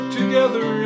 together